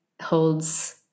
holds